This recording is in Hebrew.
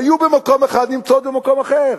היו במקום אחד ונמצאות במקום אחר: